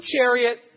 chariot